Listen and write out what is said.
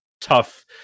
tough